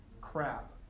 crap